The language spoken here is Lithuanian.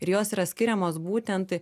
ir jos yra skiriamos būtent